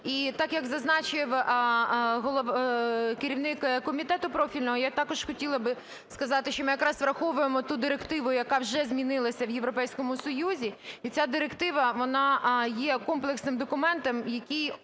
І так, як зазначив керівник комітету профільного, я також хотіла би сказати, що ми якраз враховуємо ту директиву, яка вже змінилася в Європейському Союзі. І ця директива, вона є комплексним документом, який